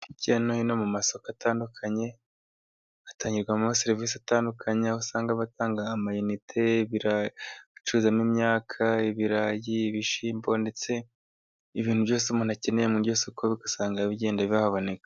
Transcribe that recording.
Hirya no hino mu masoko atandukanye hatangirwamo amaserivisi atandukanye aho usanga batanga amayinite, bacuruzamo imyaka ibirayi ,ibishyimbo, ndetse ibintu byose umuntu akeneye muri iryo soko ugasanga bigenda bihaboneka.